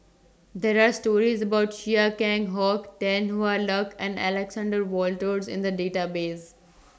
There Are stories about Chia Keng Hock Tan Hwa Luck and Alexander Wolters in The Database